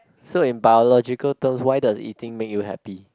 so in biological terms why does eating make you happy